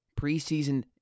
preseason